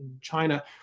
China